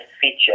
feature